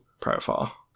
profile